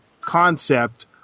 concept